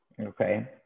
Okay